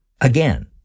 Again